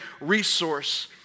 resource